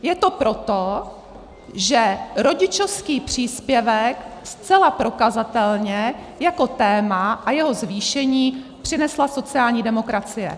Je to proto, že rodičovský příspěvek zcela prokazatelně jako téma, a jeho zvýšení, přinesla sociální demokracie.